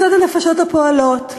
מצד הנפשות הפועלות,